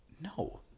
No